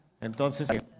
entonces